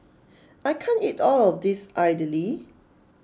I can't eat all of this idly